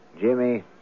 Jimmy